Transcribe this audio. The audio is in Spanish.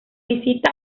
visita